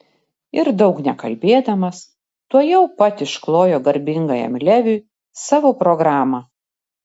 ir daug nekalbėdamas tuojau pat išklojo garbingajam leviui savo programą